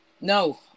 No